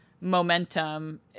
momentum